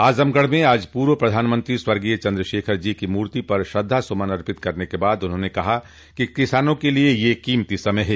आजमगढ़ में आज पूर्व प्रधानमंत्री स्वर्गीय चन्द्रशेखर जी की मूर्ति पर श्रद्धासुमन अर्पित करने के बाद उन्होंने कहा कि किसानों के लिये यह कीमती समय है